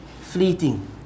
fleeting